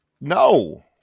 No